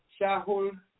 Shahul